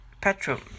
petrol